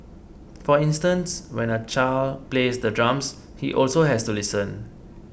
for instance when a child plays the drums he also has to listen